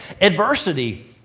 Adversity